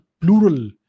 plural